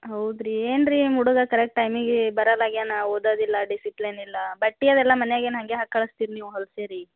ಹೌದು ರಿ ಏನು ರಿ ನಿಮ್ಮ ಹುಡುಗ ಕರೆಕ್ಟ್ ಟೈಮಿಗೆ ಬರಲಾಗ್ಯಾನೆ ಓದೋದಿಲ್ಲ ಡಿಸಿಪ್ಲಿನ್ ಇಲ್ಲ ಬಟ್ಟೆ ಅದೆಲ್ಲ ಮನ್ಯಾಗಿನ ಹಾಗೆ ಹಾಕಿ ಕಳ್ಸ್ತೀರಿ ನೀವು ಹೊಲಸೇರಿ